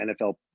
nfl